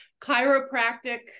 chiropractic